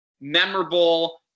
memorable